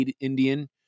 Indian